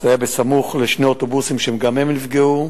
זה היה סמוך לשני אוטובוסים, וגם הם נפגעו.